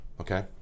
Okay